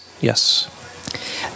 Yes